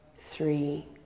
three